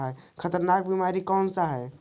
खतरनाक बीमारी कौन सा है?